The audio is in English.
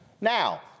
Now